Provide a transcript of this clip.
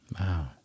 Wow